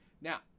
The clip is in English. now